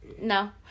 No